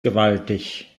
gewaltig